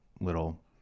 little